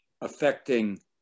affecting